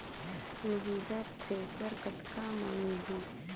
Mahindra thresher कतका म मिलही?